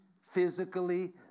physically